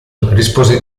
rispose